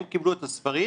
הם קיבלו את הספרים